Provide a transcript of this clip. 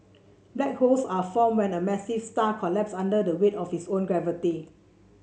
black holes are formed when a massive star collapses under the weight of its own gravity